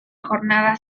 jornada